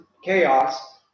chaos